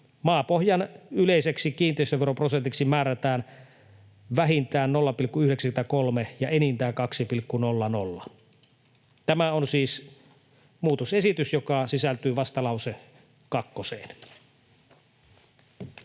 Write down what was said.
maapohjan yleiseksi kiinteistöveroprosentiksi määrätään vähintään 0,93 ja enintään 2,00.” Tämä on siis muutosesitys, joka sisältyy vastalause